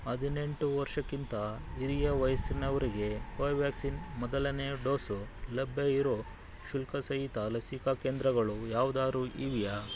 ಹದಿನೆಂಟು ವರ್ಷಕ್ಕಿಂತ ಹಿರಿಯ ವಯಸ್ಸಿನವರಿಗೆ ಕೋವ್ಯಾಕ್ಸಿನ್ ಮೊದಲನೇ ಡೋಸು ಲಭ್ಯ ಇರೋ ಶುಲ್ಕಸಹಿತ ಲಸಿಕಾ ಕೇಂದ್ರಗಳು ಯಾವ್ದಾದ್ರು ಇವೆಯಾ